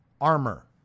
armor